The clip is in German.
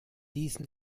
diesen